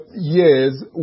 years